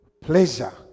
pleasure